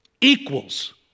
equals